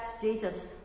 Jesus